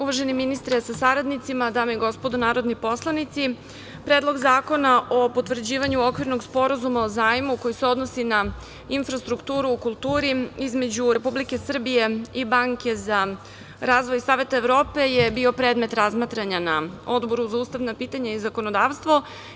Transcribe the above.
Uvaženi ministre sa saradnicima, dame i gospodo narodni poslanici, Predlog zakona o potvrđivanju Okvirnog sporazuma o zajmu koji se odnosi na infrastrukturu u kulturi između Republike Srbije i Banke za razvoj Saveta Evrope je bio predmet razmatranja na Odboru za ustavna pitanja i zakonodavstvo.